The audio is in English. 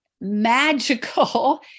magical